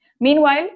Meanwhile